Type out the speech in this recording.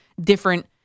different